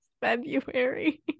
February